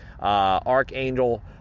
Archangel